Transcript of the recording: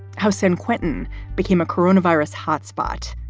how san quentin became a corona virus hotspot,